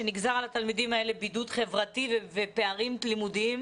שנגזר על התלמידים האלה בידוד חברתי ופערים לימודיים,